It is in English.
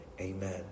Amen